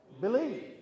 Believe